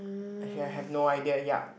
here I have no idea yup